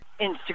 Instagram